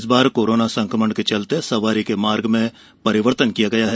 इस बार कोरोना संक्रमण के चलते सवारी के मार्ग में परिवर्तन किया गया है